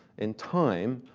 in time,